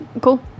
Cool